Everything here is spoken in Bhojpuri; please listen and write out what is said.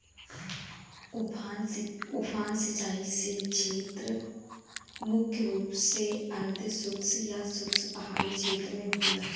उफान सिंचाई छेत्र मुख्य रूप से अर्धशुष्क या शुष्क पहाड़ी छेत्र में होला